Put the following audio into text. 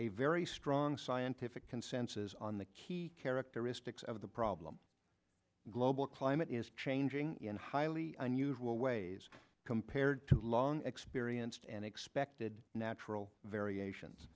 a very strong scientific consensus on the key characteristics of the problem global climate is changing in highly unusual ways compared to long experienced and expected natural variations